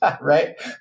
Right